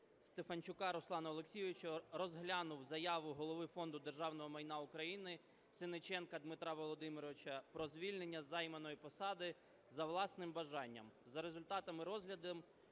Стефанчука Руслана Олексійовича, розглянув заяву Голови Фонду державного майна України Сенниченка Дмитра Володимировича про звільнення з займаної посади за власним бажанням.